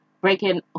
breaking